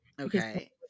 okay